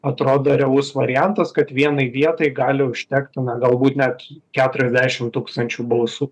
atrodo realus variantas kad vienai vietai gali užtektų na galbūt net keturiasdešimt tūkstančių balsų